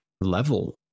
level